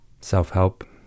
Self-help